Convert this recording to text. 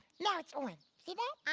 now it's on, see that?